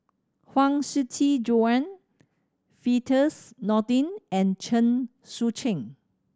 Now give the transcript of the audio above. Huang Shiqi Joan Firdaus Nordin and Chen Sucheng